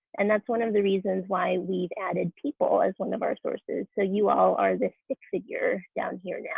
and that's one of the reasons why we've added people as one of our sources, so you all are the stick-figure down here. yeah